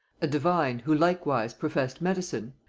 a divine who likewise professed medicine,